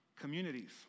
communities